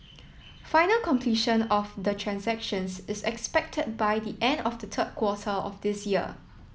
final completion of the transactions is expected by the end of the third quarter of this year